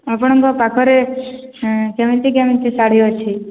ଆପଣଙ୍କ ପାଖରେ କେମିତି କେମିତି ଶାଢ଼ୀ ଅଛି